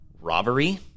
robbery